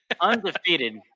Undefeated